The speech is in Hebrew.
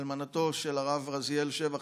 אלמנתו של הרב רזיאל שבח,